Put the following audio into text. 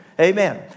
Amen